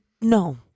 No